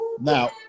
Now